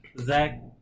Zach